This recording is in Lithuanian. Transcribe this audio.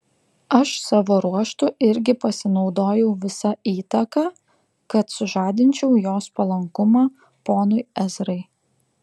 aš savo ruožtu irgi pasinaudojau visa įtaka kad sužadinčiau jos palankumą ponui ezrai